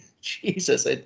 jesus